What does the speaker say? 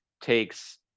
takes